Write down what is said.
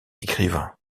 écrivain